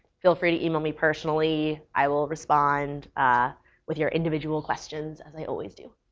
feel free to email me personally. i will respond with your individual questions, as i always do.